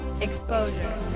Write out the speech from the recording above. Exposure